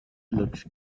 looks